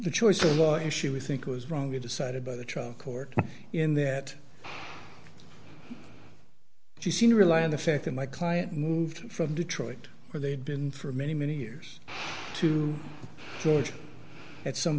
the choice of the issue with ink was wrongly decided by the trial court in that you seem to rely on the fact that my client moved from detroit where they'd been for many many years to at some